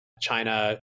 China